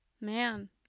Man